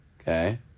Okay